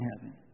heaven